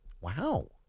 wow